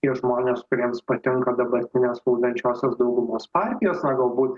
tie žmonės kuriems patinka dabartinės valdančiosios daugumos partijos ar galbūt